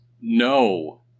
no